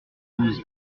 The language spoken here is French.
douze